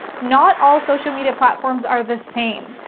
not all social media platforms are the same.